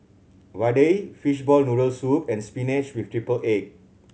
vadai fishball noodle soup and spinach with triple egg